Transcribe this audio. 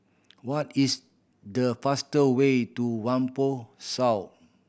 what is the fast way to Whampoa South